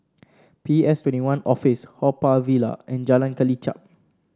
P S Twenty One Office Haw Par Villa and Jalan Kelichap